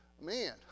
Man